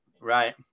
Right